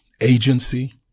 agency